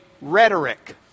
rhetoric